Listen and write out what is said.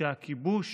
שהכיבוש